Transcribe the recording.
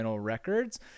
records